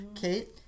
Kate